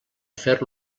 fer